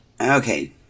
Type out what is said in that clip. Okay